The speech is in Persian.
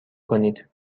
کنید